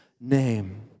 name